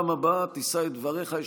בפעם הבאה תישא את דבריך.